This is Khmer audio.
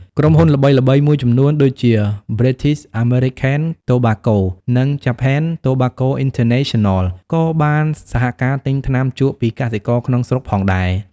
ក្រុមហ៊ុនល្បីៗមួយចំនួនដូចជា British American Tobacco និង Japan Tobacco International ក៏បានសហការទិញថ្នាំជក់ពីកសិករក្នុងស្រុកផងដែរ។